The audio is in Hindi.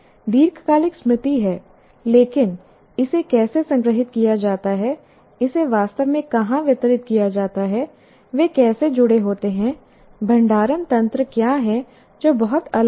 दीर्घकालिक स्मृति है लेकिन इसे कैसे संग्रहीत किया जाता है इसे वास्तव में कहां वितरित किया जाता है वे कैसे जुड़े होते हैं भंडारण तंत्र क्या है जो बहुत अलग है